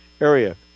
area